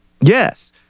yes